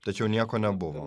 tačiau nieko nebuvo